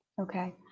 Okay